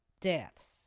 deaths